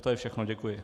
To je všechno, děkuji.